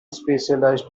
specialised